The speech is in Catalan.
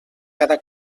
cada